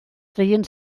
treien